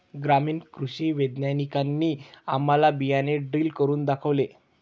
ग्रामीण कृषी वैज्ञानिकांनी आम्हाला बियाणे ड्रिल करून दाखवले